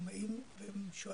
הם באים ושואלים.